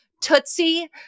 Tootsie